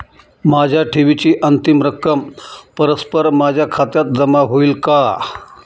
माझ्या ठेवीची अंतिम रक्कम परस्पर माझ्या खात्यात जमा होईल का?